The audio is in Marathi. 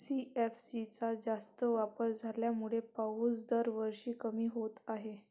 सी.एफ.सी चा जास्त वापर झाल्यामुळे पाऊस दरवर्षी कमी होत आहे